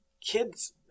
kids